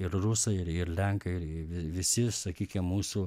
ir rusai ir lenkai ir visi sakykim mūsų